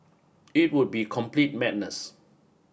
it would be complete madness